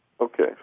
Okay